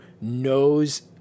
knows